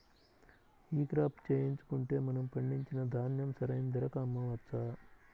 ఈ క్రాప చేయించుకుంటే మనము పండించిన ధాన్యం సరైన ధరకు అమ్మవచ్చా?